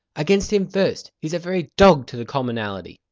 against him first he's a very dog to the commonalty.